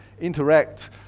interact